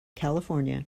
california